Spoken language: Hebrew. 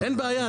אין בעיה,